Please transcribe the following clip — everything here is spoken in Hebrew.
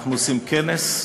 אנחנו עושים כנס,